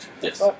Yes